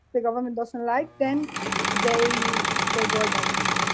the government doesn't like, then they they go against you.